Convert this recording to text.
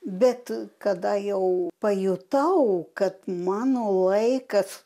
bet kada jau pajutau kad mano laikas